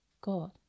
God